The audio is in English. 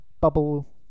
bubble